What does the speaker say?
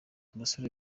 abasore